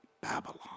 Babylon